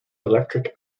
electric